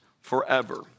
forever